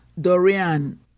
Dorian